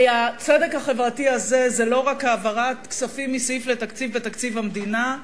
הרי הצדק החברתי הזה הוא לא רק העברת כספים מסעיף לסעיף בתקציב המדינה,